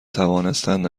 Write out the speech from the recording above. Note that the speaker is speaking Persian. توانستند